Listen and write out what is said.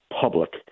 public